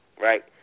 Right